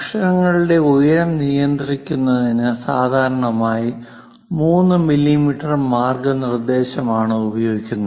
അക്ഷരങ്ങളുടെ ഉയരം നിയന്ത്രിക്കുന്നതിന് സാധാരണയായി 3 മില്ലിമീറ്റർ മാർഗ്ഗനിർദ്ദേശം ആണ് ഉപയോഗിക്കുന്നത്